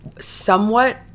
somewhat